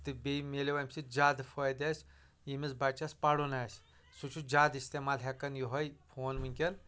تہٕ بیٚیہِ مِلیو امہِ سۭتۍ زیادٕ فٲیدٕ اسہِ ییٚمِس بچس پرُن آسہِ سُہ چھُ زیادٕ استعمال ہٮ۪کان یِہوے فون وُنکیٚن